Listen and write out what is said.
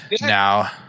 now